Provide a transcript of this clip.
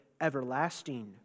everlasting